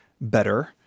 better